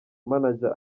manager